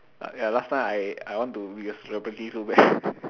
ya last time I I want to be a celebrity so bad